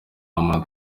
muntu